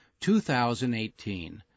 2018